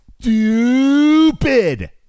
stupid